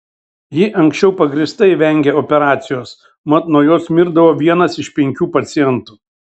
ji anksčiau pagrįstai vengė operacijos mat nuo jos mirdavo vienas iš penkių pacientų